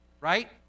right